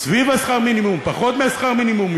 סביב שכר המינימום, פחות משכר המינימום?